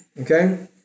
Okay